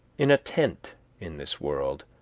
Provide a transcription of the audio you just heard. in a tent in this world,